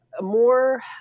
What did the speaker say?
more